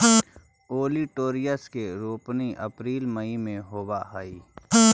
olitorius के रोपनी अप्रेल मई में होवऽ हई